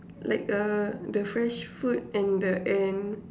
like uh the fresh food and the N